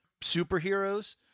Superheroes